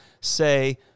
say